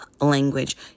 language